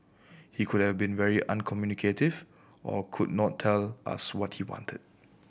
he could have been very uncommunicative or could not tell us what he wanted